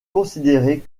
considérée